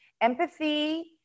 empathy